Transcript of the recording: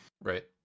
Right